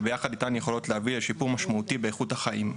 שביחד איתן היכולות להביא לשיפור משמעותי באיכות החיים.